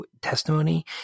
testimony